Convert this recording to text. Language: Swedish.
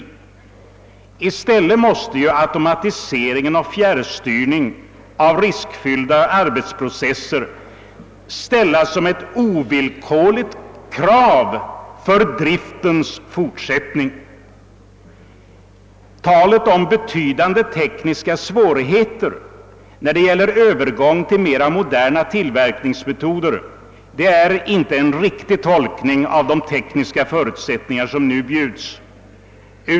Automatisering och fjärrstyrning av riskfyllda arbetsprocesser måste ställas som ett ovillkorligt krav för driftens fortsättning. Talet om betydande tekniska svårigheter när det gäller övergång till mera moderna tillverkningsmetoder innebär inte en riktig tolkning av de tekniska förutsättningar som nu finns.